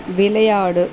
விளையாடு